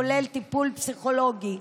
כולל טיפול פסיכולוגי.